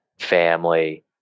family